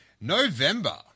November